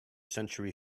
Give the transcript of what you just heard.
century